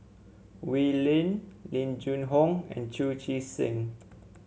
Wee Lin Ling Jun Hong and Chu Chee Seng